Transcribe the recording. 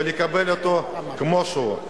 ולקבל אותו כמו שהוא.